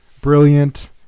brilliant